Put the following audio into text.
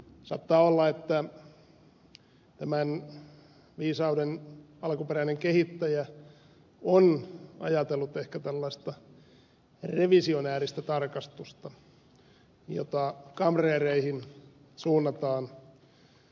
saattaa olla että tämän viisauden alkuperäinen kehittäjä on ajatellut ehkä tällaista revisionääristä tarkastusta jota kamreereihin suunnataan